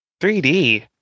3D